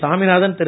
Saminathan Thiru